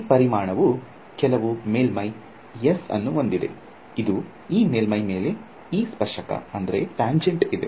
ಈ ಪರಿಮಾಣವು ಕೆಲವು ಮೇಲ್ಮೈ S ಅನ್ನು ಹೊಂದಿದೆ ಇದು ಈ ಮೇಲ್ಮೈ ಮೇಲೆ E ಸ್ಪರ್ಶಕ ತಂಜೆಂಟ್ ಇದೆ